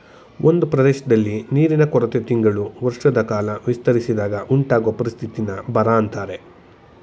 ಒಂದ್ ಪ್ರದೇಶ್ದಲ್ಲಿ ನೀರಿನ ಕೊರತೆ ತಿಂಗಳು ವರ್ಷದಕಾಲ ವಿಸ್ತರಿಸಿದಾಗ ಉಂಟಾಗೊ ಪರಿಸ್ಥಿತಿನ ಬರ ಅಂತಾರೆ